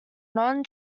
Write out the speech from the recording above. non